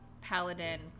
Paladin